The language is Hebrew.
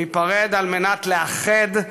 ניפרד על מנת לאחד,